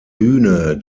bühne